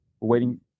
waiting